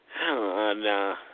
No